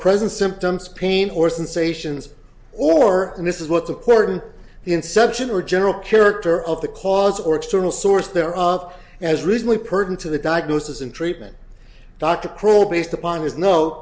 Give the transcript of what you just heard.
present symptoms pain or sensations or and this is what's important the inception or general character of the cause or external source there of as recently purdon to the diagnosis and treatment dr crowell based upon his no